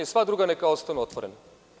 Sva druga neka ostanu otvorena.